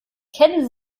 kennen